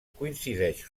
coincideix